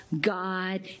God